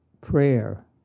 prayer